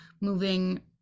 moving